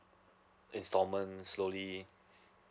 instalment slowly